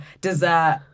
dessert